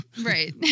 Right